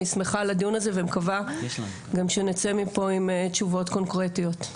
אני שמחה על הדיון הזה ומקווה גם שנצא מפה עם תשובות קונקרטיות,